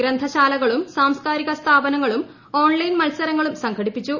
ഗ്രന്ഥശാലകളും സാംസ്കാരിക സ്ഥാപനങ്ങളും ഓൺലൈൻ മത്സരങ്ങളും സംഘടിപ്പിച്ചു